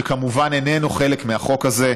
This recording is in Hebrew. שכמובן איננו חלק מהחוק הזה.